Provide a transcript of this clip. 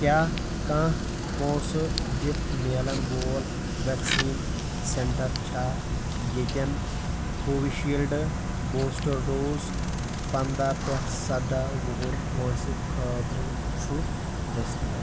کیاہ کانٛہہ پونٛسہٕ دِتھ میلن وول ویٚکسیٖن سینٹر چھا ییٚتٮ۪ن کوویشیٖلڈ پوسٹر ڈوز پنٛداہ پیٚٹھ سَداہ وُہُر وٲنسہِ خٲطرٟ چھُ دٔستیاب